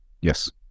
Yes